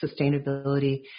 sustainability